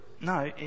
no